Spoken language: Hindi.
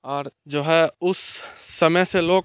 और जो है उस समय से लोग